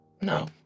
No